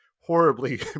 horribly